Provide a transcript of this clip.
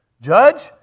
Judge